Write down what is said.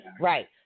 Right